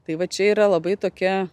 tai va čia yra labai tokia